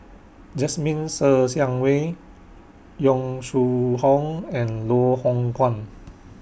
Jasmine Ser Xiang Wei Yong Shu Hoong and Loh Hoong Kwan